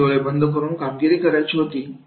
ज्यावेळेस डोळे बंद करून कामगिरी करायची होती